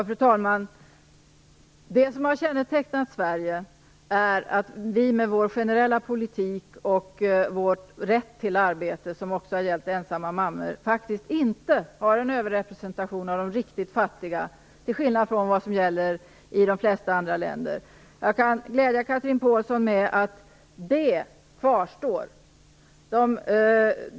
Fru talman! Det som har kännetecknat Sverige är att vi med vår generella politik och vår rätt till arbete, som också har gällt ensamma mammor, faktiskt inte har en överrepresentation av de riktigt fattiga, till skillnad från vad som gäller i de flesta andra länder. Jag kan glädja Chatrine Pålsson med att det kvarstår.